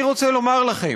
אני רוצה לומר לכם,